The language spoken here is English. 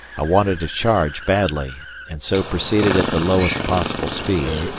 i wanted a charge badly, and so proceeded at the lowest possible speed.